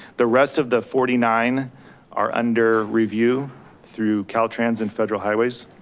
the rest of the forty nine are under review through caltrans and federal highways.